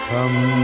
Come